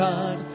God